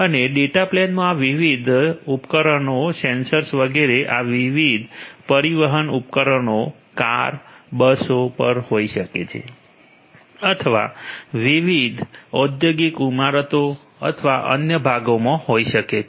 અને ડેટા પ્લેનમાં આ વિવિધ ઉપકરણો સેન્સર વગેરે આ વિવિધ પરિવહન ઉપકરણો કાર બસો પર હોઈ શકે છે અથવા તેઓ વિવિધ ઔદ્યોગિક ઇમારતો અથવા અન્ય ભાગોમાં હોઈ શકે છે